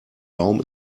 baum